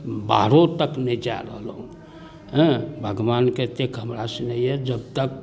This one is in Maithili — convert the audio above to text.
बाहरो तक नहि जा रहलहुँ हँ भगवानके एतेक हमरा स्नेह अइ जबतक